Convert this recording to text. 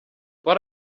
what